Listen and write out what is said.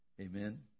Amen